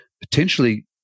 potentially